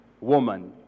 woman